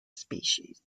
species